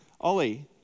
Ollie